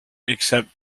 except